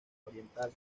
oriental